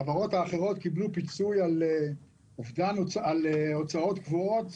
החברות האחרות קיבלו פיצוי על הוצאות קבועות.